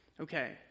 okay